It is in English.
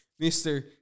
Mr